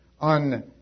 on